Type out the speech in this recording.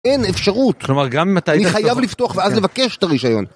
אין אפשרות, אני חייב לפתוח ואז לבקש את הרישיון.